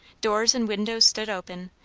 doors and windows stood open,